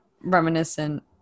reminiscent